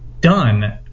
done